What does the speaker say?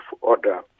order